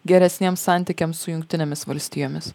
geresniems santykiams su jungtinėmis valstijomis